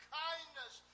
kindness